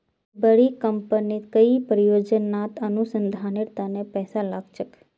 बड़ी कंपनी कई परियोजनात अनुसंधानेर तने पैसा लाग छेक